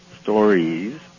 stories